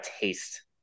taste